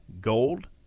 gold